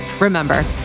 Remember